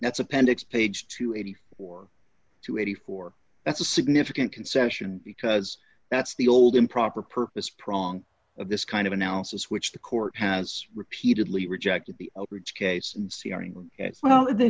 that's appendix page two hundred and eighty four to eighty four that's a significant concession because that's the old improper purpose prong of this kind of analysis which the court has repeatedly rejected the